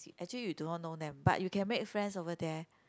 actually you don't know them but you can make friends over there